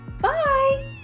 Bye